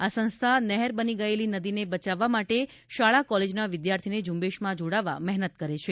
આ સંસ્થા નહેર બની ગયેલી નદીને બચાવવા માટે શાળા કોલેજના વિદ્યાર્થીને ઝૂંબેશમાં જોડવા મહેનત કરે છે